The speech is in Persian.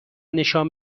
نشان